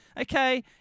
Okay